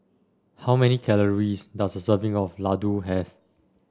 how many calories does a serving of Ladoo have